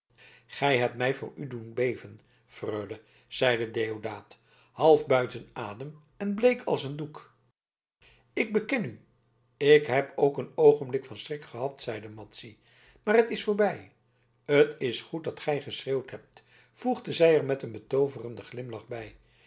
gij hebt mij voor u doen beven freule zeide deodaat half buiten adem en bleek als een doek ik beken u ik heb ook een oogenblik van schrik gehad zeide madzy maar het is voorbij t is goed dat gij geschreeuwd hebt voegde zij er met een betooverenden glimlach bij